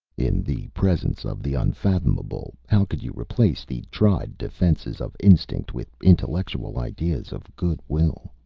in the presence of the unfathomable, how could you replace the tried defenses of instinct with intellectual ideas of good will?